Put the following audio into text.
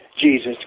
Jesus